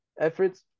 efforts